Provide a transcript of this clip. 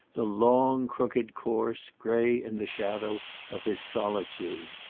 the long crooked course, grey in the shadow of his solitude.